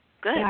good